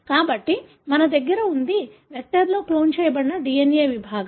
కాబట్టి మన దగ్గర ఉన్నది వెక్టర్లో క్లోన్ చేయబడిన DNA విభాగం